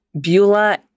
Beulah